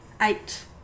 eight